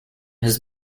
his